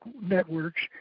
networks